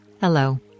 Hello